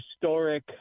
historic